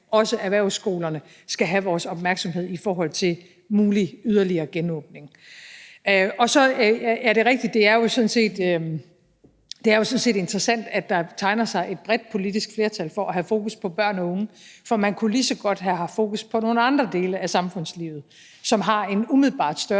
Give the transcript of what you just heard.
også erhvervsskolerne skal have vores opmærksomhed i forhold til mulig yderligere genåbning. Så er det rigtigt, at det jo sådan set er interessant, at der tegner sig et bredt politisk flertal for have fokus på børn og unge, for man kunne lige så godt have haft fokus på nogle andre dele af samfundslivet, som har en umiddelbart større